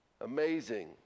Amazing